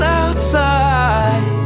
outside